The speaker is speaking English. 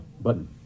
button